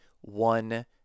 one